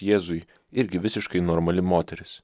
jėzui irgi visiškai normali moteris